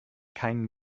keinen